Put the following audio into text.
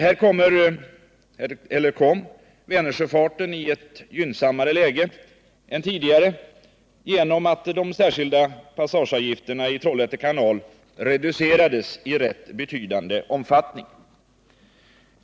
Här kommer Vänersjöfarten i ett gynnsammare läge än tidigare genom att de särskilda passageavgifterna i Trollhätte kanal reducerats i rätt betydande omfattning.